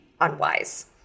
unwise